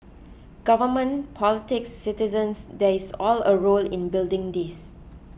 government politics citizens there is all a role in building this